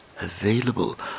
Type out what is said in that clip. available